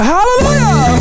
Hallelujah